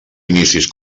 inicis